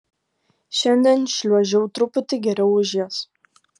šiandien šliuožiau truputį geriau už jas